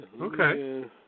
Okay